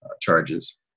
charges